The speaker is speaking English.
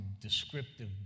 descriptive